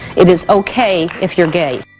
it is okay if you're gay.